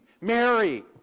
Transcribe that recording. Mary